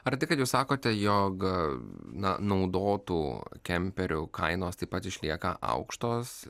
ar tai kad jūs sakote jog na naudotų kemperių kainos taip pat išlieka aukštos